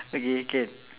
okay can